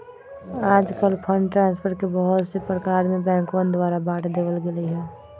आजकल fund transfer के बहुत से प्रकार में बैंकवन द्वारा बांट देवल गैले है